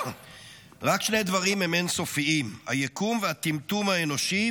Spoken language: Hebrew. רק שני דברים הם אין-סופיים: היקום והטמטום האנושי,